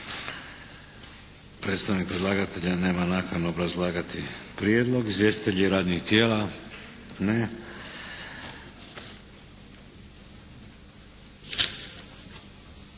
Predstavnik predlagatelja nema nakanu obrazlagati prijedlog. Izvjestitelji radnih tijela? Ne.